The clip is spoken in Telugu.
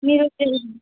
మీరు